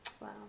Wow